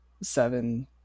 seven